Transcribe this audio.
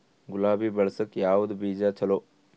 ಗುಲಾಬಿ ಬೆಳಸಕ್ಕ ಯಾವದ ಬೀಜಾ ಚಲೋ?